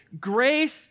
grace